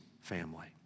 family